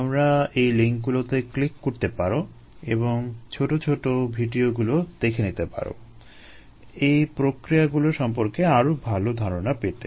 তুমি এই লিংকগুলোতে ক্লিক করতে পারো এবং এই ছোট ছোট ভিডিওগুলো দেখে নিতে পারো এই প্রক্রিয়াগুলো সম্পর্কে আরো ভাল ধারণা পেতে